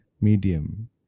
medium